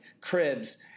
Cribs